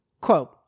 quote